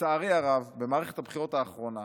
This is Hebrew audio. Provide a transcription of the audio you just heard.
לצערי הרב, במערכת הבחירות האחרונה